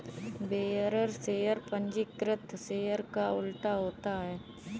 bearer शेयर पंजीकृत शेयर का उल्टा होता है